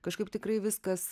kažkaip tikrai viskas